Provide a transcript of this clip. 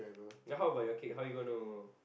ya how about your cake how're you gonna